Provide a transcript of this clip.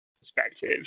perspective